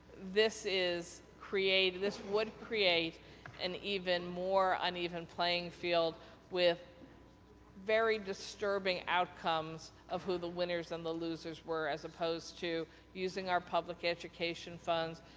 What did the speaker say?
this is creating this would create an even more uneven playing field with very disturbing outcomes of who the winners and the losers were as opposed to using our public education funds,